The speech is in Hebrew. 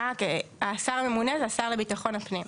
סליחה, השר הממונה זה השר לביטחון הפנים.